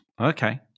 Okay